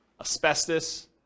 asbestos